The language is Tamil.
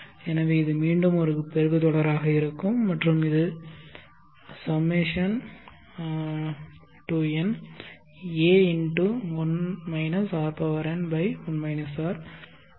எனவே இது மீண்டும் ஒரு பெருக்கு தொடராக இருக்கும் மற்றும் இது Σ to n a×1 r